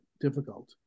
difficult